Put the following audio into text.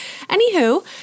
Anywho